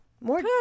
more